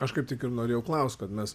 aš kaip tik ir norėjau klaust kad mes